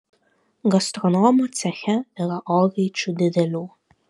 gastronomo ceche yra orkaičių didelių